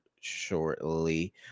shortly